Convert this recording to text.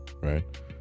right